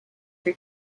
her